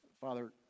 Father